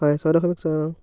হয় ছয় দশমিক ছয় অ'